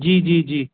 जी जी जी